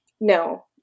No